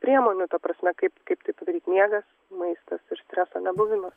priemonių ta prasme kaip kaip tai padaryt miegas maistas ir streso nebuvimas